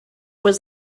was